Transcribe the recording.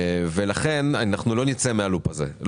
ולכן אנחנו לא נצא מהלופ הזה,